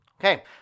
okay